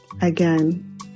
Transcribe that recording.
again